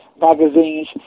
magazines